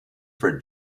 for